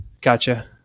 Gotcha